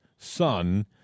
Son